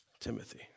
Timothy